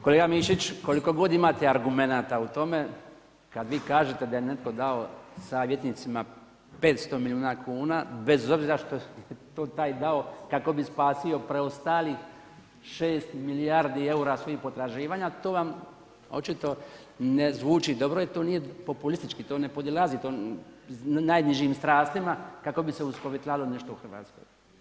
Kolega Mišić, koliko god imate argumenata u tome, kad vi kažete da je netko dao savjetnicima 500 milijuna kuna, bez obzira što je to taj dao kako bi spasio preostalih 6 milijardi eura svojih potraživanja, to vam očito ne zvuči dobro i to nije populistički, to ne podilazi najnižim strastima kako bi se uskovitlalo nešto u Hrvatskoj.